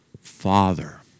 Father